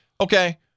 Okay